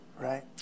right